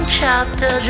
chapter